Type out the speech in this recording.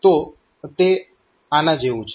તો તે આના જેવું છે